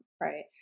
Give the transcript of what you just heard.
right